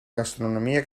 gastronomia